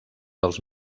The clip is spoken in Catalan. dels